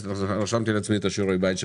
רשמתי לעצמי את שיעורי הבית,